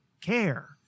care